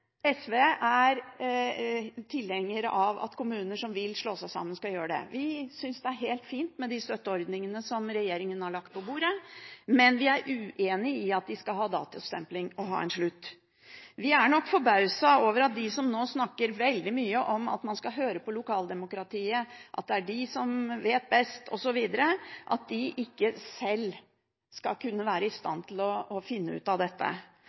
Vi synes det er helt fint med de støtteordningene som regjeringen har lagt på bordet, men vi er uenig i at de skal ha datostempling og ha en slutt. Vi er nok forbauset over at de som nå snakker veldig mye om at man skal høre på lokaldemokratiet, at det er kommunene som vet best, osv., mener at disse ikke sjøl skal kunne være i stand til å finne ut av dette.